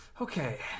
Okay